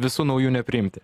visų naujų nepriimti